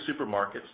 Supermarkets